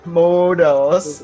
models